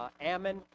Ammon